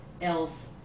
else